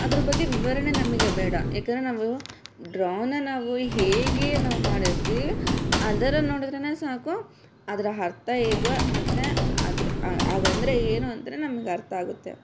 ಅದರ ಬಗ್ಗೆ ವಿವರಣೆ ನಮಗೆ ಬೇಡ ಯಾಕಂದರೆ ನಾವು ಡ್ರಾನ ನಾವು ಹೇಗೆ ನಾವು ಮಾಡಿರ್ತೀವಿ ಅದರ ನೋಡಿದರೆನೇ ಸಾಕು ಅದರ ಅರ್ಥ ಹೇಗೋ ಮತ್ತು ಅದರ ಹಾಗಂದ್ರೆ ಏನು ಅಂತ ನಮಗೆ ಅರ್ಥ ಆಗುತ್ತೆ